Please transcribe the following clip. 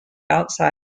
outside